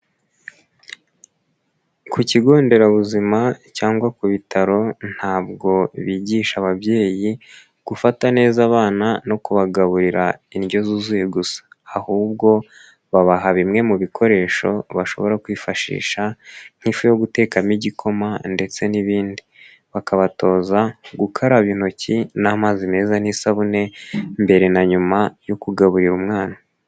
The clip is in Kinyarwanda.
Ku kigo nderabuzima cyangwa ku bitaro ntabwo bigisha ababyeyi gufata neza abana no kubagaburira indyo yuzuye gusa ahubwo babaha bimwe mu bikoresho bashobora kwifashisha nk'ifu yo gutekamo igikoma ndetse n'ibindi, bakabatoza gukaraba intoki n'amazi meza n'isabune mbere na nyuma yo kugaburira umwana.